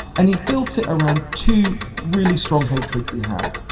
and he built it around two really strong hatreds he had.